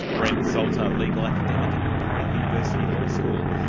brent salter, legal academic at macquarie university law school.